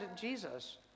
Jesus